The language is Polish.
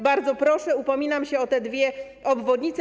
Bardzo proszę, upominam się o te dwie obwodnice.